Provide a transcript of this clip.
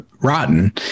Rotten